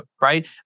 right